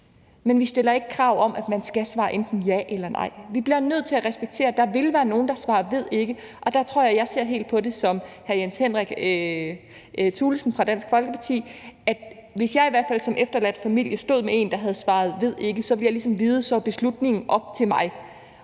men vi stiller ikke krav om, at man skal svare enten ja eller nej. Vi bliver nødt til at respektere, at der vil være nogen, der svarer ved ikke. Der tror jeg, at jeg ser på det ligesom hr. Jens Henrik Thulesen Dahl fra Dansk Folkeparti, altså at hvis jeg stod som efterladt familie til en, der havde svaret ved ikke, så ville jeg ligesom vide, at beslutningen var op til mig.